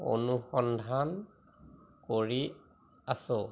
অনুসন্ধান কৰি আছোঁ